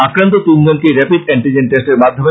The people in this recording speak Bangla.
আক্রান্ত তিনজনকেই রেপিড এন্টিজেন টেষ্টের মাধ্যমে